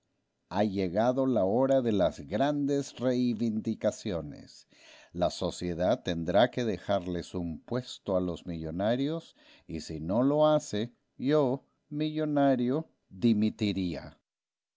ha llegado la hora de las grandes reivindicaciones la sociedad tendrá que dejarles un puesto a los millonarios y si no lo hace yo millonario dimitiría